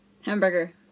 Hamburger